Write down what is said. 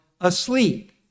asleep